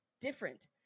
different